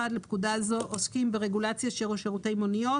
לפקודה זו עוסקים ברגולציה של שירותי מוניות.